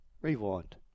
Rewind